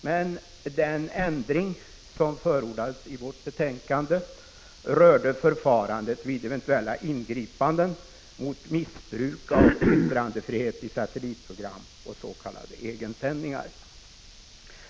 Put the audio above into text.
Men den ändring som förordades i vårt betänkande rörde förfarandet vid eventuella ingripanden mot missbruk av yttrandefriheten i satellitprogram och s.k. egensändningar.